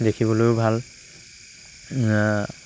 দেখিবলৈও ভাল